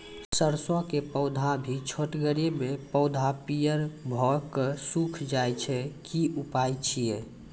सरसों के पौधा भी छोटगरे मे पौधा पीयर भो कऽ सूख जाय छै, की उपाय छियै?